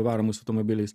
varomus automobiliais